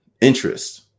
interest